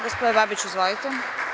Gospodine Babiću, izvolite.